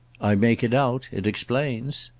i make it out it explains.